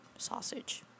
sausage